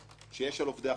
שיש על עובדי החטיבה.